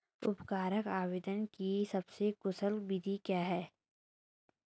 उर्वरक आवेदन की सबसे कुशल विधि क्या है?